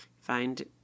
find